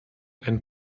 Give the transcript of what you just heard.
ein